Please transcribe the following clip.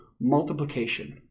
Multiplication